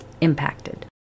impacted